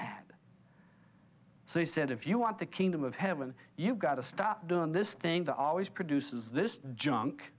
had so they said if you want the kingdom of heaven you've got to stop doing this thing to always produces this junk